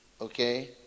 okay